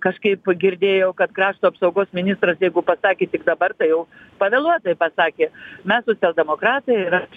kažkaip girdėjau kad krašto apsaugos ministras jeigu pasakė tik dabar tai jau pavėluotai pasakė mes socialdemokratai ir aš